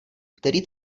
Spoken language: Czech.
který